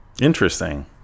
interesting